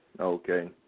Okay